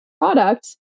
product